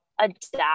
adapt